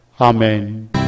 Amen